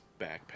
backpack